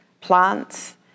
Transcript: plants